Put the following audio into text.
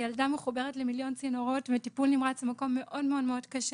הילדה מחוברת למיליון צינורות וטיפול נמרץ זה מקום מאוד קשה.